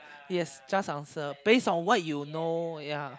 yes just answer base on what you know ya